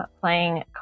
playing